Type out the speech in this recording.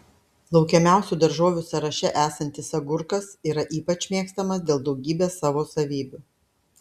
laukiamiausių daržovių sąraše esantis agurkas yra ypač mėgstamas dėl daugybės savo savybių